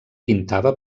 pintava